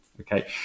okay